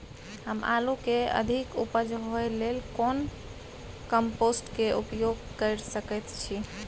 हम आलू के अधिक उपज होय लेल कोन कम्पोस्ट के उपयोग कैर सकेत छी?